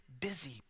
busy